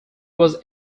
was